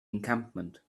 encampment